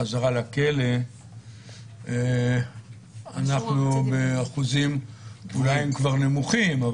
החזרה לכלא אנחנו באחוזים שאולי הם כבר נמוכים,